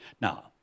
Now